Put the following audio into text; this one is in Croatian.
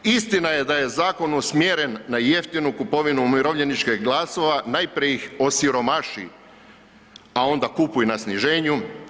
Istina je da je zakon usmjeren na jeftinu kupovinu umirovljeničkih glasova, najprije ih osiromaši, a onda kupuj na sniženju.